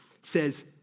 Says